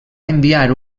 enviar